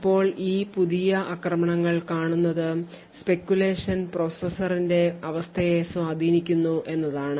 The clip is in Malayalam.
ഇപ്പോൾ ഈ പുതിയ ആക്രമണങ്ങൾ കാണിക്കുന്നത് speculation പ്രോസസറിന്റെ അവസ്ഥയെ സ്വാധീനിക്കുന്നു എന്നതാണ്